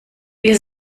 wir